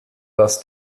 dass